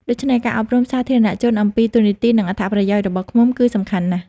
ដូច្នេះការអប់រំសាធារណជនអំពីតួនាទី និងអត្ថប្រយោជន៍របស់ឃ្មុំគឺសំខាន់ណាស់។